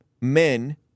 men